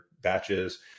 batches